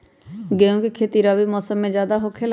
गेंहू के खेती रबी मौसम में ज्यादा होखेला का?